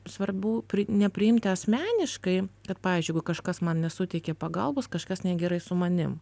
svarbu nepriimti asmeniškai kad pavyzdžiui jeigu kažkas man nesuteikė pagalbos kažkas negerai su manim